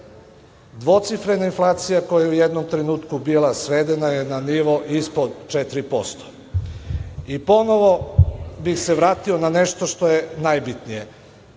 dvocifrena inflacija koja je u jednom trenutku bila svedena je na nivou ispod 4%.Ponovo bih se vratio na nešto što je najbitnije.